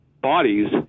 bodies